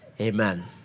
Amen